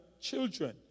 children